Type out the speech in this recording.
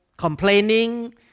complaining